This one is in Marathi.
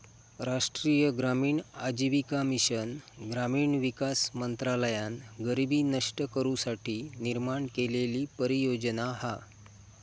राष्ट्रीय ग्रामीण आजीविका मिशन ग्रामीण विकास मंत्रालयान गरीबी नष्ट करू साठी निर्माण केलेली परियोजना हा